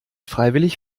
freiwillig